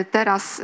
Teraz